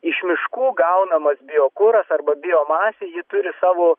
iš miškų gaunamas biokuras arba biomasė ji turi savo